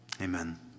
Amen